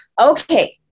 Okay